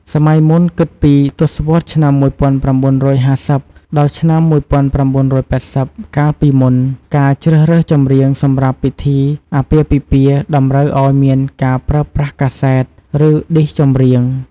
សម័យមុន គិតពី ទសវត្សរ៍ឆ្នាំ ១៩៥០ ដល់ឆ្នាំ ១៩៨០ កាលពីមុន ការជ្រើសរើសចម្រៀងសម្រាប់ពិធីអាពាហ៍ពិពាហ៍តម្រូវឱ្យមានការប្រើប្រាស់កាសែត ឬឌីសចម្រៀង ។